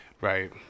right